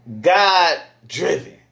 God-driven